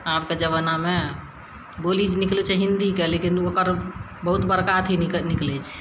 आबके जमानामे बोली निकलय छै हिन्दीके लेकिन ओकर बहुत बड़का अथी निका निकलय छै